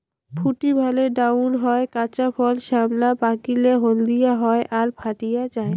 ফুটি ভালে ডাঙর হয়, কাঁচা ফল শ্যামলা, পাকিলে হলদিয়া হয় আর ফাটি যায়